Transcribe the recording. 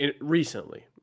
recently